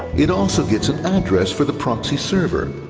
it also gets an address for the proxy server,